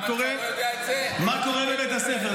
מה קורה בבית הספר?